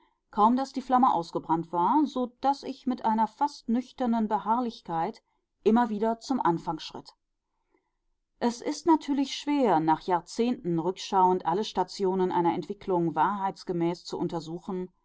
kaum daß die flamme ausgebrannt war so daß ich mit einer fast nüchternen beharrlichkeit immer wieder zum anfang schritt es ist natürlich schwer nach jahrzehnten rückschauend alle stationen einer entwicklung wahrheitsgemäß zu untersuchen